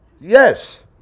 Yes